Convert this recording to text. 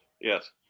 yes